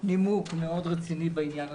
יש לי נימוק מאוד רציני בעניין הזה,